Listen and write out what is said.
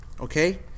Okay